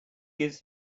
gives